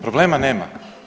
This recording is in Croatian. Problema nema.